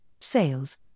sales